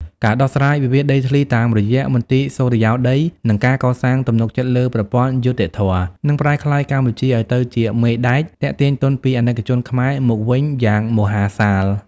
ការដោះស្រាយវិវាទដីធ្លីតាមរយៈ មន្ទីរសុរិយោដី និងការកសាងទំនុកចិត្តលើប្រព័ន្ធយុត្តិធម៌ នឹងប្រែក្លាយកម្ពុជាឱ្យទៅជា "មេដែក" ទាក់ទាញទុនពីអាណិកជនខ្មែរ មកវិញយ៉ាងមហាសាល។